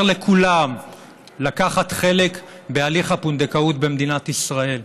לכולם לקחת חלק בהליך הפונדקאות במדינת ישראל.